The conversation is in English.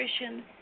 nutrition